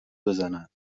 بزنند